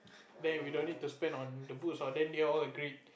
then we no need to spend on the boots what then we all agreed